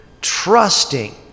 trusting